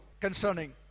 Concerning